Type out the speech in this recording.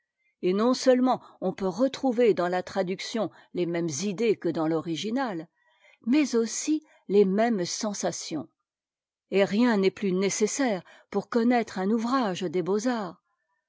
et non-seulement on peut retrouver dans la traduction les mêmes idées que dans l'original mais aussi les mêmes sensations et rien n'est plus nécessaire pour connaître un ouvrage des beauxarts